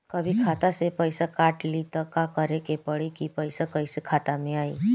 कभी खाता से पैसा काट लि त का करे के पड़ी कि पैसा कईसे खाता मे आई?